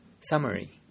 Summary